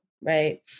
right